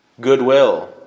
goodwill